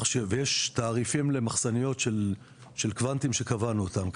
ויש תעריפים למחסניות של קוונטים שקבענו אותם.